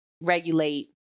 regulate